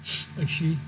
actually